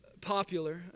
popular